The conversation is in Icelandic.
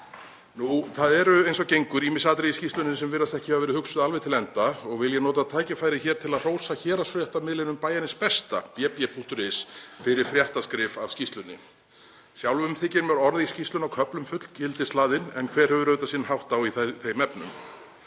lagað. Eins og gengur eru ýmis atriði í skýrslunni sem virðast ekki hafa verið hugsuð alveg til enda og vil ég nota tækifærið hér til að hrósa héraðsfréttamiðlinum Bæjarins besta, bb.is, fyrir fréttaskrif af skýrslunni. Sjálfum þykir mér orð í skýrslunni á köflum fullgildishlaðin en hver hefur auðvitað sinn hátt á í þeim efnum.